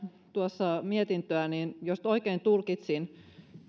mietintöä ja jos nyt oikein tulkitsin